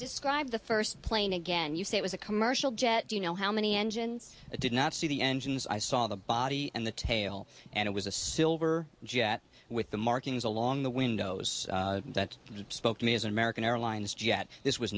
describe the first plane again you see it was a commercial jet do you know how many engines did not see the engines i saw the body and the tail and it was a silver jet with the markings along the windows that he spoke to me as an american airlines jet this was